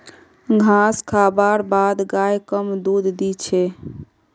घास खा बार बाद गाय कम दूध दी छे